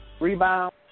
rebound